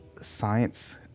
science